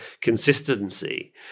consistency